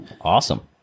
awesome